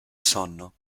sonno